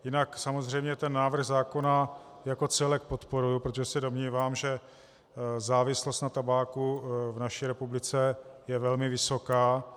Jinak samozřejmě návrh zákona jako celek podporuji, protože se domnívám, že závislost na tabáku v naší republice je velmi vysoká.